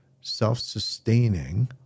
self-sustaining